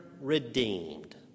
redeemed